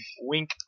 Wink